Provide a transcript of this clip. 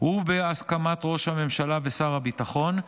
ובהסכמת ראש הממשלה ושר הביטחון,